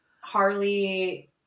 Harley